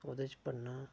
ओह्दे च पढ़ना